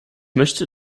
möchte